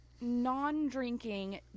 non-drinking